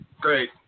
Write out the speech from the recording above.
Great